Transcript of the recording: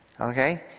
okay